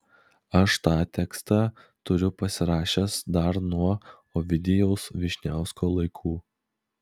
aš tą tekstą turiu pasirašęs dar nuo ovidijaus vyšniausko laikų